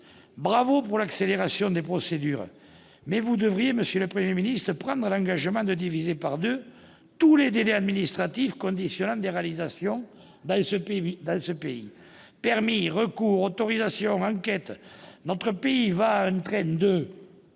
pour l'accélération des procédures. Mais vous devriez prendre l'engagement de diviser par deux tous les délais administratifs conditionnant des réalisations dans ce pays : permis, recours, autorisations, enquêtes, etc. Notre pays va à un train de